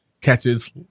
catches